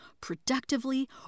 productively